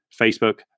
Facebook